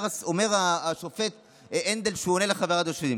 אומר השופט הנדל כשהוא עונה לעותרים: